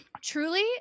truly